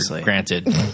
granted